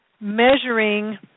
measuring